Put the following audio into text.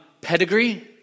pedigree